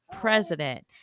president